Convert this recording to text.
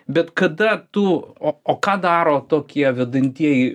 bet kada tu o o ką daro tokie vedantieji